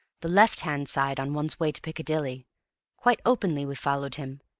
the left-hand side on one's way to piccadilly quite openly we followed him,